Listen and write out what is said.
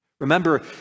Remember